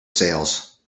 sails